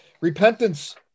repentance